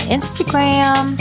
Instagram